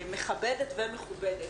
מכבדת ומכובדת.